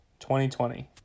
2020